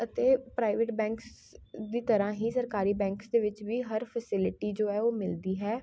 ਅਤੇ private banks ਦੀ ਤਰ੍ਹਾਂ ਹੀ ਸਰਕਾਰੀ ਬੈਂਕਸ ਦੇ ਵਿੱਚ ਵੀ ਹਰ ਫੈਸਿਲਿਟੀ ਜੋ ਹੈ ਉਹ ਮਿਲਦੀ ਹੈ